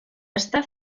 està